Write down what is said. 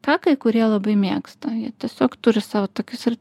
ką kai kurie labai mėgsta jie tiesiog turi savo tokius ir